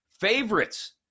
Favorites